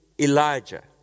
Elijah